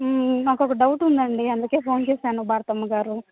నాకొక డౌట్ ఉందండి అందుకే ఫోన్ చేశాను భారతమ్మ గారు